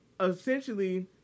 essentially